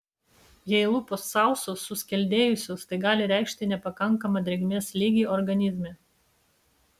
jei lūpos sausos suskeldėjusios tai gali reikšti nepakankamą drėgmės lygį organizme